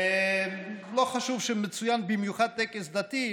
לא חושב שמצוין במיוחד טקס דתי,